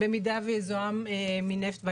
במידה ויזוהם הים מנפט.